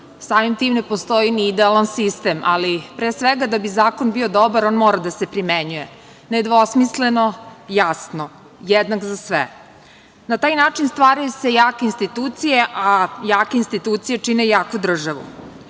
samim tim ne postoji ni idealan sistem, ali pre svega da bi zakon bio dobar on mora da se primenjuje, nedvosmisleno, jasno, jednak za sve. Na taj način stvaraju se jake institucije, a jake institucije čine jaku državu.I